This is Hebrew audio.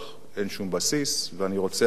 ואני רוצה אפילו להסיר דאגה מלבך,